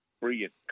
brilliant